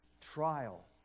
trial